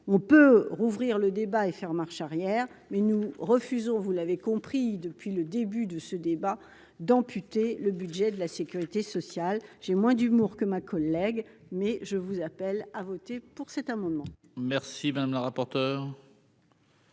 on peut rouvrir le débat et faire marche arrière, mais nous refusons, vous l'avez compris depuis le début de ce débat, d'amputer le budget de la Sécurité sociale, j'ai moins d'humour que ma collègue mais je vous appelle à voter pour cet amendement. Merci madame la rapporteure.